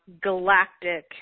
galactic